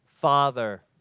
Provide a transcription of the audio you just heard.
Father